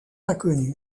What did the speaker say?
inconnue